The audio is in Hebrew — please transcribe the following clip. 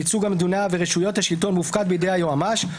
ייצוג המדינה ורשויות השלטון מופקד בידי היועץ המשפטי,